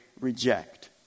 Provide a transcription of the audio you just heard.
reject